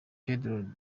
pedro